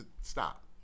stop